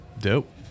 Dope